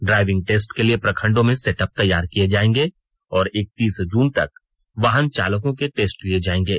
driving test के लिए प्रखंडों में सेटअप तैयार किए जाएंगे और इकतीस जून तक वाहन चालकों के टेस्ट लिए जाएंगे